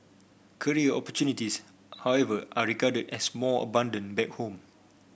career opportunities however are regarded as more abundant back home